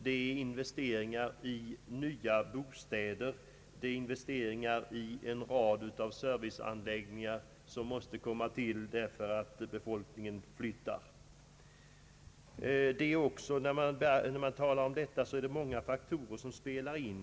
Det är investeringar i nya bostäder och i en rad av serviceanläggningar, som måste komma till därför att befolkningen flyttar. Många faktorer spelar in.